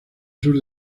sur